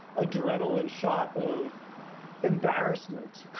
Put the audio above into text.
adrenaline shot of embarrassment.